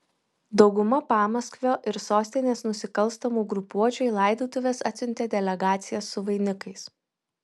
dauguma pamaskvio ir sostinės nusikalstamų grupuočių į laidotuves atsiuntė delegacijas su vainikais